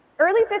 early